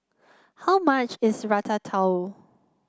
how much is Ratatouille